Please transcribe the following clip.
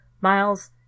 Miles